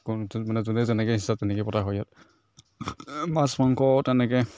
কুল চুল মানে যোনে যেনেকৈ ইচ্ছা তেনেকেই পতা হয় ইয়াত মাছ মাংস তেনেকৈ